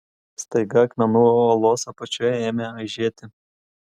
staiga akmenų uolos apačioje ėmė aižėti